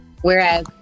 whereas